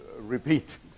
repeat